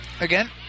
again